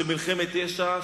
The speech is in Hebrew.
של מלחמת ישע,